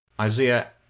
Isaiah